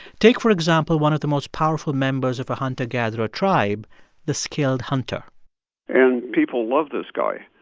take, for example, one of the most powerful members of a hunter-gatherer tribe the skilled hunter and people love this guy,